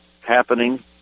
happening